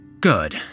Good